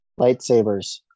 Lightsabers